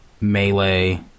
Melee